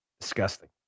Disgusting